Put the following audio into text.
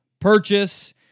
purchase